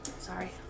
Sorry